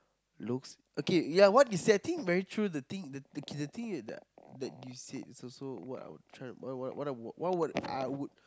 looks okay yeah what you say I think very true the thing that you said is also what I would try what I would what would I